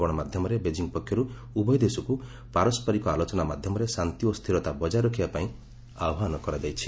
ଗଣମାଧ୍ୟମରେ ବେଜିଂ ପକ୍ଷର୍ତ ଉଭୟ ଦେଶକ୍ତ ପାରସ୍କରିକ ଆଲୋଚନା ମାଧ୍ୟମରେ ଶାନ୍ତି ଓ ସ୍ଥିରତା ବଜାୟ ରଖିବା ପାଇଁ ଆହ୍ବାନ କରାଯାଇଛି